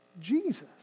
Jesus